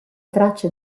tracce